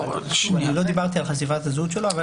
לא דיברתי על חשיפת הזהות שלו.